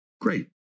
Great